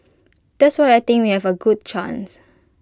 that's why I think we have A good chance